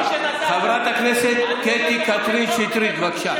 חברת הכנסת קטי קטרין שטרית, בבקשה.